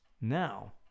Now